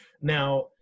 Now